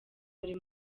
buri